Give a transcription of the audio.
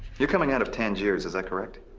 you're coming out of tangiers is that correct?